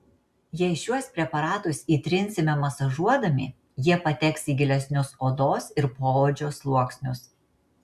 jei šiuos preparatus įtrinsime masažuodami jie pateks į gilesnius odos ir poodžio sluoksnius